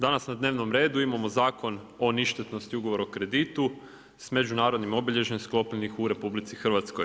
Danas na dnevnom redu imamo Zakon o ništetnosti ugovora o kreditu s međunarodnim obilježjem sklopljenih u RH.